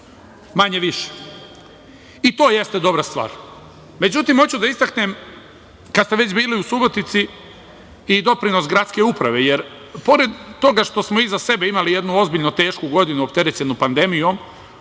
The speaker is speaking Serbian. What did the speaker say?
manje, više i to jeste dobra stvar.Međutim, hoću da istaknem, kad ste već bili u Subotici, i doprinos gradske uprave, jer pored toga što smo iza sebe imali jednu ozbiljno tešku godinu opterećenu pandemijom,